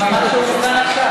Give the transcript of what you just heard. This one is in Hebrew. הינה, הוא אמר שהוא מוכן עכשיו.